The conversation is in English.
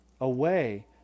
Away